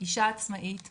אישה עצמאית,